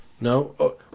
No